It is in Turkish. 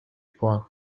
puan